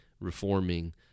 reforming